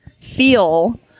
feel